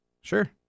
sure